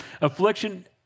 affliction